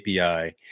api